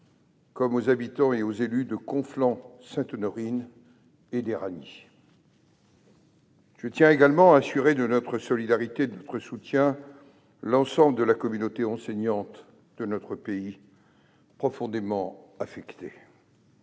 comme aux habitants et aux élus de Conflans-Sainte-Honorine et d'Éragny. Je tiens également à assurer de notre solidarité et de notre soutien l'ensemble de la communauté enseignante de notre pays, profondément affectée.